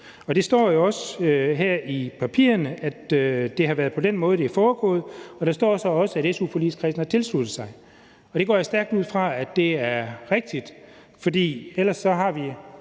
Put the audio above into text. Det står jo også her i papirerne, at det har været på den måde, det er foregået, og der står så også, at su-forligskredsen har tilsluttet sig. Det går jeg stærkt ud fra er rigtigt, for ellers har vi,